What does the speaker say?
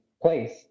Place